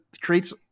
creates